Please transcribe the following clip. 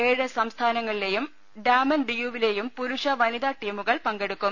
ഏഴ് സംസ്ഥാനങ്ങളിലെയും ഡാമൻ ഡിയുവിലെയും പുരുഷ വനിതാ ടീമുകൾ പങ്കെടുക്കും